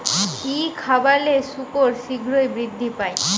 কি খাবালে শুকর শিঘ্রই বৃদ্ধি পায়?